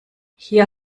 hier